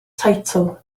teitl